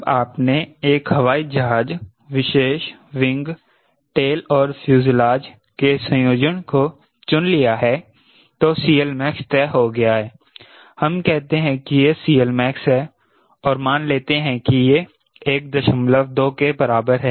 जब आपने एक हवाई जहाज विशेष विंग टेल और फ्यूजलाज के संयोजन को चुन लिया है तो CLmax तय हो गया है हम कहते हैं कि यह CLmax है और मान लेते हैं कि यह 12 के बराबर है